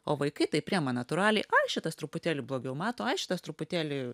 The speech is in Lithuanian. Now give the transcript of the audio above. o vaikai tai priima natūraliai ai šitas truputėlį blogiau mato ai šitas truputėlį